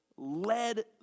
led